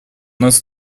нас